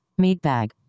Meatbag